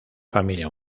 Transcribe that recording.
familia